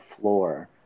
floor